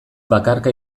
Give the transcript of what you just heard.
bakarka